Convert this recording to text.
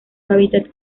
hábitat